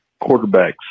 quarterbacks